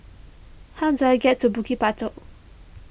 how do I get to Bukit Batok